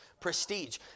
prestige